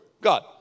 God